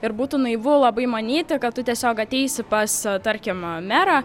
ir būtų naivu labai manyti kad tu tiesiog ateisi pas tarkim merą